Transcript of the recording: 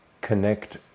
connect